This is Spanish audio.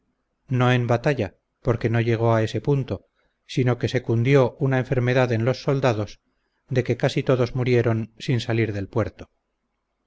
no en batalla porque no llegó a ese punto sino que se cundió una enfermedad en los soldados de que casi todos murieron sin salir del puerto